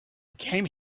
came